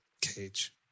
cage